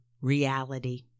reality